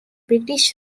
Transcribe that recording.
british